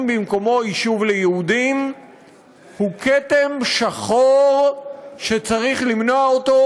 במקומו יישוב ליהודים הוא כתם שחור שצריך למנוע אותו,